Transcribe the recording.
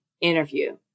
interview